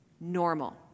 normal